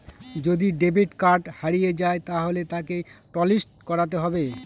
যদি debit card হারিয়ে যায় তাহলে তাকে টলিস্ট করাতে হবে